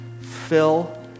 fill